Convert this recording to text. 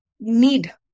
need